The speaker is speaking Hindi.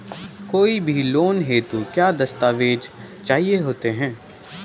कोई भी लोन हेतु क्या दस्तावेज़ चाहिए होते हैं?